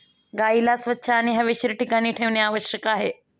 गाईला स्वच्छ आणि हवेशीर ठिकाणी ठेवणे आवश्यक आहे